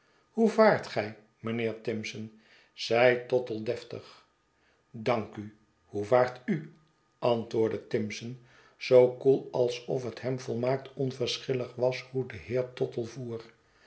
hoe vaart gij mijnheer timson zei tottle deftig dank u hoe vaart u antwoordde timson zoo koel alsof het hem volmaakt onversehillig was hoe de heer tottle